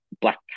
black